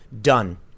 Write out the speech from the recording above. done